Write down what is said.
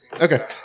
okay